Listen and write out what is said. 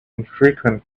infrequent